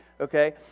okay